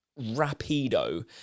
rapido